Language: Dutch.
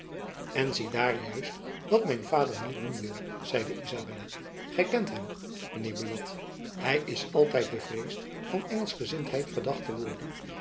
zie daar juist wat mijn vader niet doen wil zeide izabella gy kent hem mijn heer buat hy is altijd bevreesd van engelschgezindheid verdacht te worden